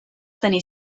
tenir